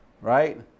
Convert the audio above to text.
right